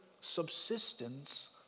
subsistence